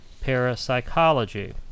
parapsychology